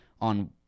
on